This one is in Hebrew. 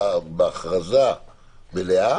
מופיע בהכרזה מלאה.